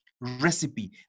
recipe